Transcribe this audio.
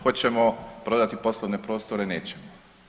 Hoćemo prodati poslovne prostore, nećemo.